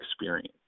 experience